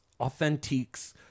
Authentiques